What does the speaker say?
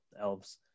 elves